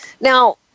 Now